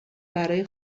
برای